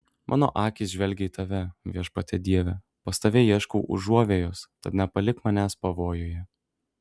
mano akys žvelgia į tave viešpatie dieve pas tave ieškau užuovėjos tad nepalik manęs pavojuje